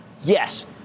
Yes